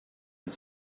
and